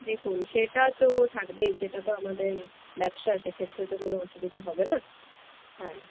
দেখুন সেটা তো থাকবেই সেটা তো আমাদের ব্যবসা সে ক্ষেত্রে তো কোনো অসুবিধা হবে না হ্যাঁ